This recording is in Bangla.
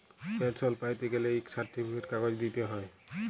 পেলসল প্যাইতে গ্যালে ইক সার্টিফিকেট কাগজ দিইতে হ্যয়